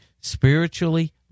spiritually